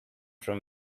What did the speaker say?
from